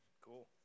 Cool